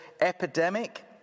epidemic